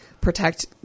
protect